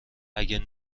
اگه